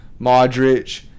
Modric